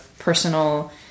personal